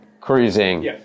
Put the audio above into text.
cruising